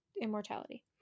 immortality